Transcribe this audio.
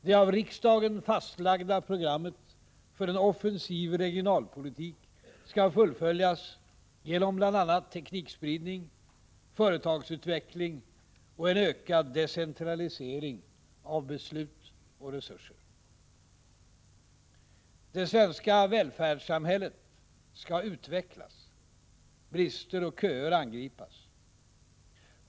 Det av riksdagen fastlagda programmet för en offensiv regionalpolitik skall fullföljas genom bl.a. teknikspridning, företagsutveckling och en ökad decentralisering av beslut och resurser. Det svenska välfärdssamhället skall utvecklas — brister och köer angripas.